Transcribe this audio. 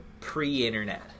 pre-internet